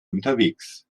unterwegs